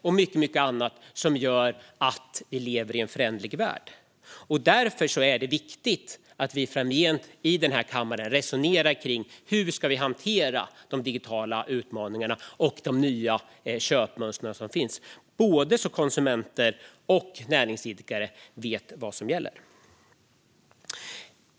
Och det är mycket annat som gör att vi lever i en föränderlig värld. Därför är det viktigt att vi framgent i denna kammare resonerar kring hur vi ska hantera de digitala utmaningarna och de nya köpmönster som finns så att konsumenter och näringsidkare vet vad som gäller.